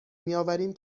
میآوریم